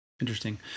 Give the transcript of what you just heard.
Interesting